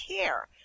care